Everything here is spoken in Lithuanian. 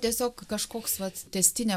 tiesiog kažkoks vat tęstinio